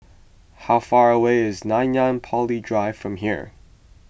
how far away is Nanyang Poly Drive from here